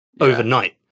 overnight